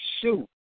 shoot